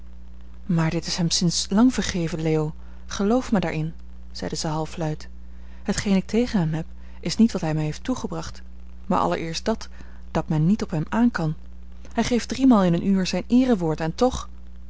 maar dit is hem sinds lang vergeven leo geloof mij daarin zeide zij halfluid hetgeen ik tegen hem heb is niet wat hij mij heeft toegebracht maar allereerst dat dat men niet op hem aan kan hij geeft driemaal in een uur zijn eerewoord en toch